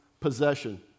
possession